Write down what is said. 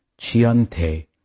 chiante